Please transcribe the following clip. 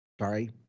sorry